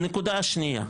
הנקודה השנייה,